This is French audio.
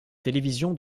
télévision